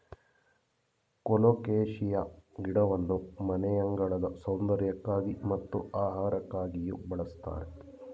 colocasia ಗಿಡವನ್ನು ಮನೆಯಂಗಳದ ಸೌಂದರ್ಯಕ್ಕಾಗಿ ಮತ್ತು ಆಹಾರಕ್ಕಾಗಿಯೂ ಬಳ್ಸತ್ತರೆ